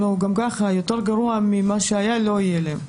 גם ככה יותר גרוע ממה שהיה לא יהיה לי.